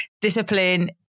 discipline